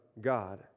God